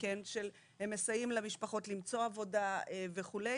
שמסייעות למשפחות למצוא עבודה וכו'.